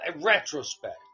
retrospect